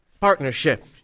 Partnership